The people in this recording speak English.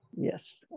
Yes